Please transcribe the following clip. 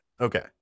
Okay